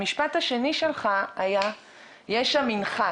המשפט השני שלך היה "יש שם מנחת".